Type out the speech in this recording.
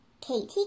Katie